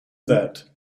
that